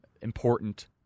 important